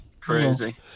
Crazy